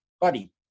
Buddy